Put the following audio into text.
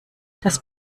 das